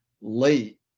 late